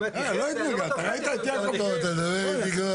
כי זה יצר לנו תהיות מול הרשויות המקומות שלא ידעו